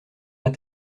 pas